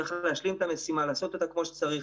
צריך להשלים את המשימה, לעשות את זה כמו שצריך.